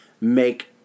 make